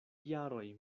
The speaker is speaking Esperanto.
jaroj